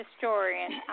historian